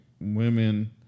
women